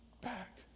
back